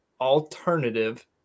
alternative